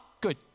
Good